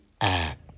act